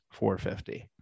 450